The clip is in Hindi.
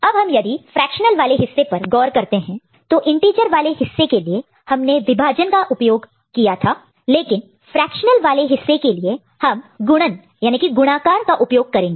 अब हम यदि फ्रेक्शनल वाले हिस्से पर गौर करते हैं तो इंटीजर वाले हिस्से के लिए हमने विभाजन डिवीजन division का उपयोग किया था लेकिन फ्रेक्शनल वाले हिस्से के लिए हम गुणाकार मल्टीप्लिकेशन multiplication का उपयोग करेंगे